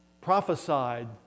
prophesied